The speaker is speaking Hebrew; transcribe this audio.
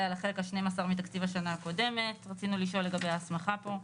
על החלק ה-12 מתקציב השנה הקודמת ורצינו לשאול לגבי ההסמכה פה.